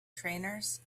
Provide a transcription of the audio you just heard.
trainers